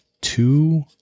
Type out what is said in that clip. two